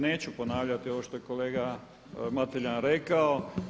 Neću ponavljati ovo što je kolega Mateljan rekao.